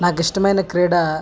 నాకు ఇష్టమైన క్రీడ